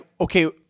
okay